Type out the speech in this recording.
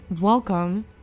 welcome